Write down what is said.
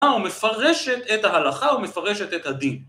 ומפרשת את ההלכה, ומפרשת את הדין.